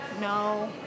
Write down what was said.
No